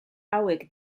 hauek